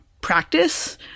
practice